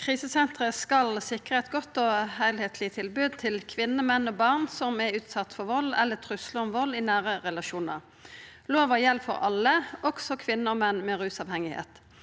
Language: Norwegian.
Krisesentera skal sikra eit godt og heilskapleg tilbod til kvinner, menn og barn som er utsette for vald eller truslar om vald i nære relasjonar. Lova gjeld for alle, også kvinner og menn med rusavhengigheit.